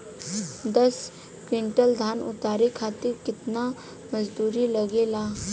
दस क्विंटल धान उतारे खातिर कितना मजदूरी लगे ला?